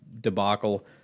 debacle